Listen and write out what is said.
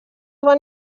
van